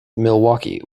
milwaukee